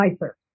nicer